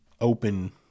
open